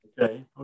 Okay